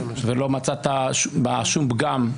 ולא מצאת בה שום פגם.